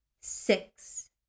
six